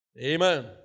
Amen